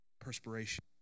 perspiration